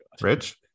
Rich